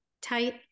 tight